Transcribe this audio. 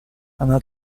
она